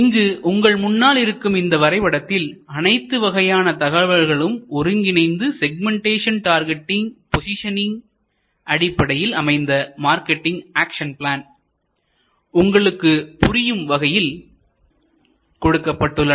இங்கு உங்கள் முன்னால் இருக்கும் இந்த வரைபடத்தில்அனைத்து வகையான தகவல்களும் ஒருங்கிணைந்து செக்மெண்டேஷன் டார்கெட்டிங் போசிஷனிங் அடிப்படையில் அமைந்த மார்க்கெட்டிங் ஆக்சன் பிளான் உங்களுக்கு புரியும் வகையில் கொடுக்கப்பட்டுள்ளன